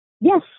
Yes